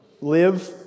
live